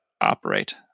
operate